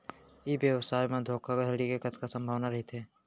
ई व्यवसाय म धोका धड़ी के कतका संभावना रहिथे?